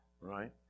right